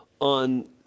on